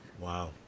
Wow